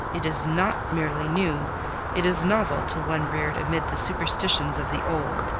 it is not merely new it is novel to one reared amid the superstitions of the old.